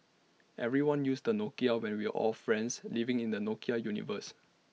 everybody used A Nokia and we were all friends living in the Nokia universe